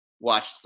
watch